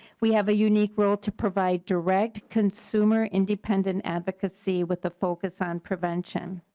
we have ah unique role to provide direct consumer independent advocacy with a focus on prevention.